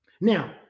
Now